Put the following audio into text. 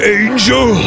angel